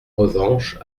revanche